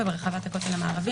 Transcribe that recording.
ברחבת הכותל המערבי,